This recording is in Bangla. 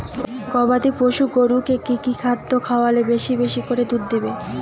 গবাদি পশু গরুকে কী কী খাদ্য খাওয়ালে বেশী বেশী করে দুধ দিবে?